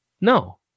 No